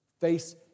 Face